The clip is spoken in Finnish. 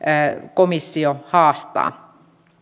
komissio haastaa